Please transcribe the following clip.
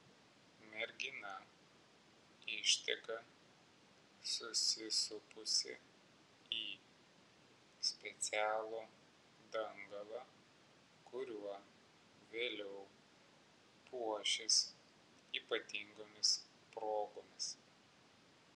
mergina išteka susisupusi į specialų dangalą kuriuo vėliau puošis ypatingomis progomis